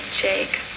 Jake